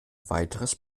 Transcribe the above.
weiteres